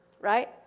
right